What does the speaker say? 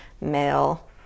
male